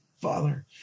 father